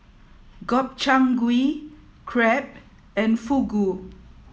Gobchang Gui Crepe and Fugu